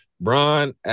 Bron